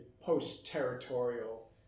post-territorial